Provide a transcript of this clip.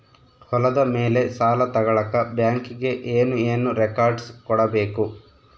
ಹೊಲದ ಮೇಲೆ ಸಾಲ ತಗಳಕ ಬ್ಯಾಂಕಿಗೆ ಏನು ಏನು ರೆಕಾರ್ಡ್ಸ್ ಕೊಡಬೇಕು?